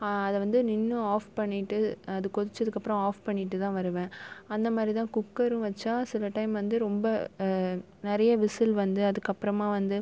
அதை வந்து நின்று ஆஃப் பண்ணிவிட்டு அது கொதிச்சதுக்கு அப்புறம் ஆஃப் பண்ணிட்டு தான் வருவேன் அந்தமாதிரி தான் குக்கரும் வச்சால் சில டைம் வந்து ரொம்ப நிறைய விசில் வந்து அதுக்கப்புறமாக வந்து